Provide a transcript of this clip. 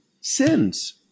sins